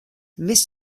més